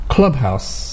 Clubhouse